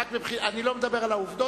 אני לא מדבר על העובדות,